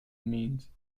means